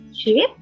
shape